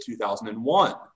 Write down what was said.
2001